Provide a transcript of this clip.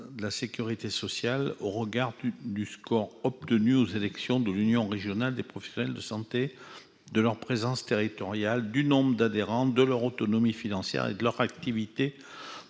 de la sécurité sociale au regard du score obtenu aux élections des unions régionales des professionnels de santé (URPS), de leur présence territoriale, du nombre d'adhérents, de leur autonomie financière et de leur activité